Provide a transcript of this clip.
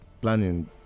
planning